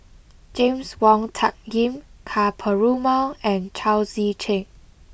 James Wong Tuck Yim Ka Perumal and Chao Tzee Cheng